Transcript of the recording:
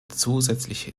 zusätzliche